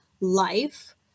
life